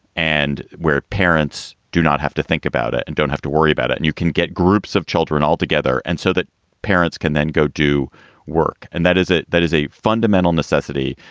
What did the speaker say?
and where parents do not have to think about it and don't have to worry about it. and you can get groups of children altogether. and so that parents can then go to work and that is it. that is a fundamental necessity.